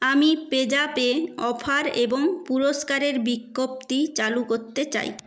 আমি পেজ্যাপে অফার এবং পুরস্কারের বিজ্ঞপ্তি চালু করতে চাই